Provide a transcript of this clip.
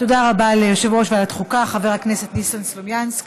תודה רבה ליושב-ראש ועדת החוקה חבר הכנסת ניסן סלומינסקי.